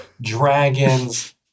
dragons